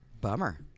Bummer